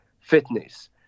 fitness